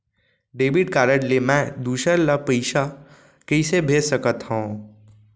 Debit card ले मैं दूसर ला पइसा कइसे भेज सकत हओं?